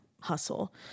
hustle